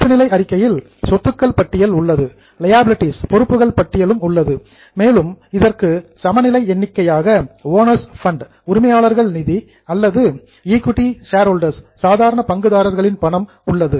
இருப்புநிலை அறிக்கையில் அசட்ஸ் சொத்துக்கள் பட்டியல் உள்ளது லியாபிலிடீஸ் பொறுப்புகள் பட்டியல் உள்ளது மேலும் இதற்கு சமநிலை எண்ணிக்கையாக ஓனர்ஸ் பண்ட் உரிமையாளர்கள் நிதி அல்லது ஈக்விட்டி ஷேர்ஹோல்டர்ஸ் சாதாரண பங்குதாரர்களின் பணம் உள்ளது